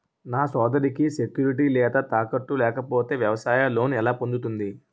నా సోదరికి సెక్యూరిటీ లేదా తాకట్టు లేకపోతే వ్యవసాయ లోన్ ఎలా పొందుతుంది?